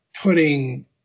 putting –